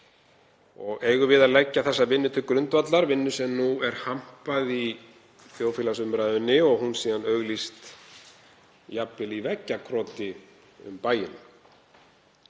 Eigum við að leggja þá vinnu til grundvallar, vinnu sem nú er hampað í þjóðfélagsumræðunni og hún síðan jafnvel auglýst í veggjakroti um bæinn?